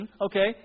Okay